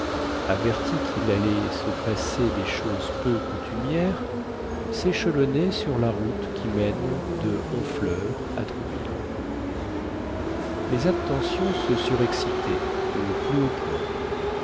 averti quil allait se passer des choses peu coutumières séchelonnait sur la route qui mène de honfleur à trouville les attentions se surexcitaient au plus haut point